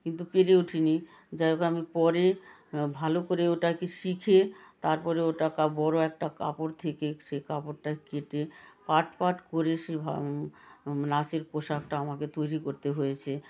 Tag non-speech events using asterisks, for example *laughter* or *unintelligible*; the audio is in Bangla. কিন্তু পেরে উঠিনি যাই হোক আমি পরে ভালো করে ওটাকে শিখে তারপরে ওটা কাপড় বড় একটা কাপড় থেকে সেই কাপড়টা কেটে পাট পাট করে সে *unintelligible* নাচের পোশাকটা আমাকে তৈরি করতে হয়েছে